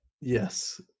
yes